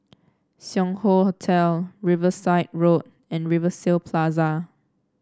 Sing Hoe Hotel Riverside Road and Rivervale Plaza